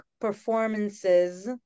performances